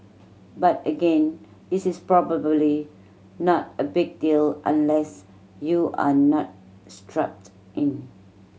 but again this is probably not a big deal unless you are not strapped in